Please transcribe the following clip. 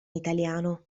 italiano